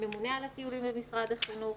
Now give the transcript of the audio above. שממונה על הטיולים במשרד החינוך,